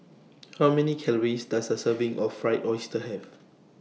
How Many Calories Does A Serving of Fried Oyster Have